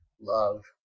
love